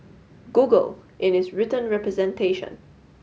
Google in its written representation